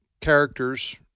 characters